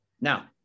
Now